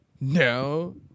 no